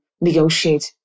negotiate